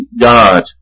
God